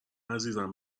عزیزم